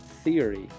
theory